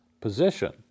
position